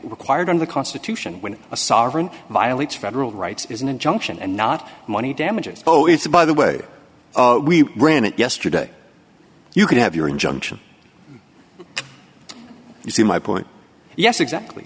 required in the constitution when a sovereign violates federal rights is an injunction and not money damages oh it's by the way we ran it yesterday you could have your injunction you see my point yes exactly